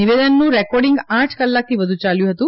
નિવેદનનું recording આઠ કલાકથી વધુ ચાલ્યું હતું